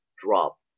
drop